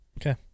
Okay